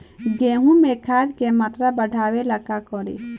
गेहूं में खाद के मात्रा बढ़ावेला का करी?